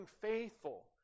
faithful